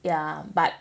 ya but